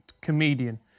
comedian